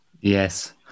Yes